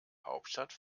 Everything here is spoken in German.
hauptstadt